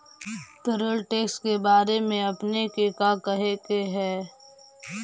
Payroll tax के बारे में आपने के का कहे के हेअ?